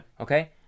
Okay